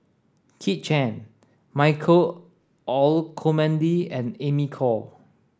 Kit Chan Michael Olcomendy and Amy Khor